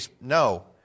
No